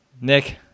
Nick